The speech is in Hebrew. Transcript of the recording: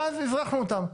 ואז אזרחנו אותם.